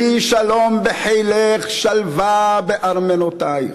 יהי שלום בחילך, שלוה בארמנותיך.